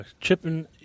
chipping